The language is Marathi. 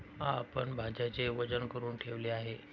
आपण भाज्यांचे वजन करुन ठेवले आहे